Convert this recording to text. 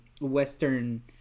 western